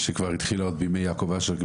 שכבר התחילה בימי יעקב אשר,